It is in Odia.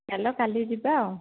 ଚାଲ କାଲି ଯିବା ଆଉ